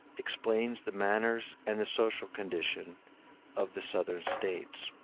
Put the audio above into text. explains the manners and the social condition of the southern states.